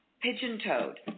pigeon-toed